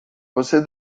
você